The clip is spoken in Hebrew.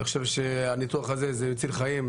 אני חושב שהניתוח הזה מציל חיים.